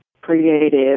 creative